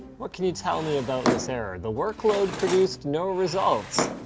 what can you tell me about this error? the workload produced no results.